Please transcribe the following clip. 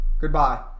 goodbye